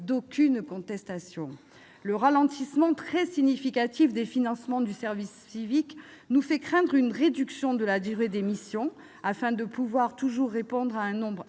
d'aucune contestation. Le ralentissement très significatif des financements dédiés à ce dispositif nous fait craindre une réduction de la durée des missions afin de pouvoir toujours répondre à un nombre